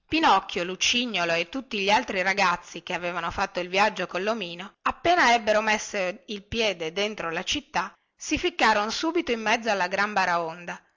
pinocchio lucignolo e tutti gli altri ragazzi che avevano fatto il viaggio collomino appena ebbero messo il piede dentro la città si ficcarono subito in mezzo alla gran baraonda